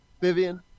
Vivian